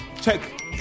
Check